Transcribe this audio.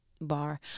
bar